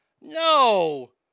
No